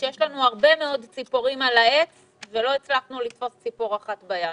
שיש לנו הרבה מאוד ציפורים על העץ ולא הצלחנו לתפוס ציפור אחת ביד.